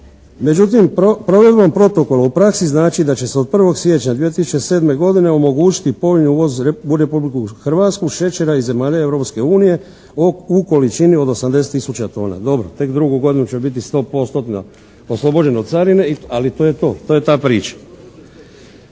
Međutim provedbom protokola u praksi znači da će se od 1. siječnja 2007. godine omogućiti povoljni uvoz u Republiku Hrvatsku šećera iz zemalja Europske unije u količini od 80 tisuća tona. Dobro, tek drugu godinu će biti 100%-tna oslobođen od carine, ali to je to, to je ta priča.